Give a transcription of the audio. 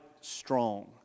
strong